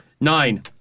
Nine